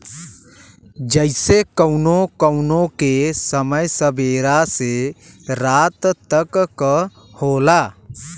जइसे कउनो कउनो के समय सबेरा से रात तक क होला